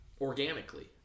organically